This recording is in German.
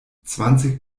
zwanzig